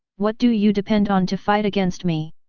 what do you depend on to fight against me?